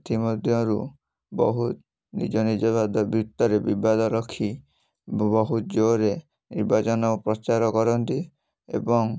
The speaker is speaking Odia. ଏଥିମଧ୍ୟରୁ ବହୁତ ନିଜ ନିଜ ବାଦ ଭିତରେ ବିବାଦ ରଖି ବହୁତ ଜୋରରେ ନିର୍ବାଚନ ପ୍ରଚାର କରନ୍ତି ଏବଂ